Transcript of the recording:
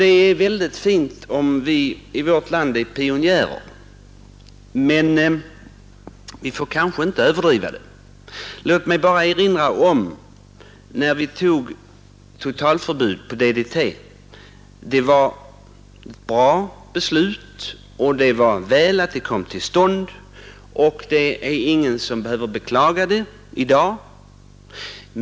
Det är ju väldigt fint om vi i vårt land är pionjärer när det gäller förbud, men vi får kanske inte överdriva. Totalförbudet mot DDT exempelvis var ett bra beslut och det var väl att det kom till stånd. Det är ingen som i dag behöver beklaga sig över det.